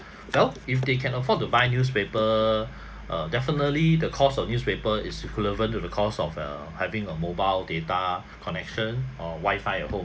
well if they can afford to buy newspaper err definitely the cost of newspaper is equivalent to the cost of err having a mobile data connection or wifi at home